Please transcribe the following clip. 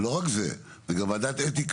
לא רק זה, זה גם ועדת אתיקה.